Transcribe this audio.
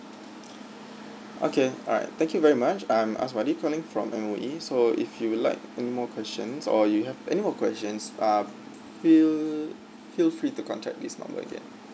okay all right thank you very much I'm asmadi calling from M_O_E so if you would like any more questions or you have any more questions um feel feel free to contact this number again